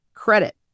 Credit